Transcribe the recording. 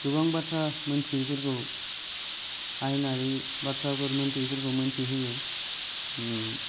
गोबां बाथ्रा मिथियैफोरखौ आयेनारि बाथ्राफोर मिन्थियैफोरखौ मिन्थिहोयो